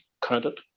counted